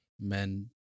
men